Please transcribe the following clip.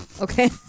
Okay